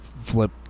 flip